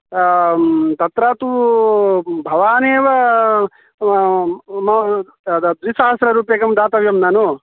तत्र तु भवानेव म द्विसहस्ररूप्यकं दातव्यं ननु